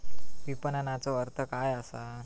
विपणनचो अर्थ काय असा?